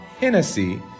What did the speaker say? Hennessy